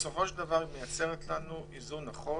מייצרת לנו איזון נכון.